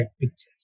pictures